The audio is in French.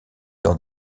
dans